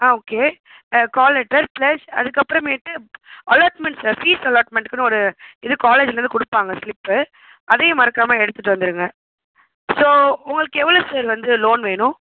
okay call letter plus அதுக்கப்பறமேட்டு allotment sir fees அலாட்மண்ட்க்குன்னு ஒரு இது காலேஜ்லிருந்து கொடுப்பாங்க ஸ்லிப் அதையும் மறக்காமல் எடுத்துகிட்டு வந்துருங்க ஸோ உங்களுக்கு எவ்வளோ சார் வந்து லோன் வேணும்